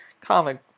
comic